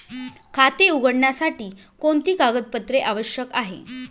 खाते उघडण्यासाठी कोणती कागदपत्रे आवश्यक आहे?